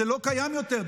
זה לא קיים יותר.